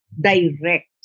direct